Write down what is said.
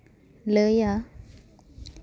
ᱞᱟᱹᱭᱟ